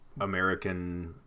american